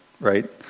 right